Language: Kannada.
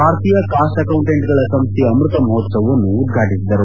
ಭಾರತೀಯ ಕಾಸ್ಟ್ ಅಕೌಂಟೆಂಟ್ಗಳ ಸಂಸ್ಥೆಯ ಅಮೃತ ಮಹೋತ್ಸವವನ್ನು ಉದ್ಘಾಟಿಸಿದರು